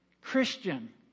Christian